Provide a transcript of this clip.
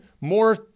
more